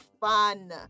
fun